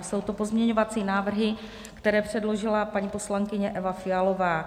Jsou to pozměňovací návrhy, které předložila paní poslankyně Eva Fialová.